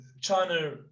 China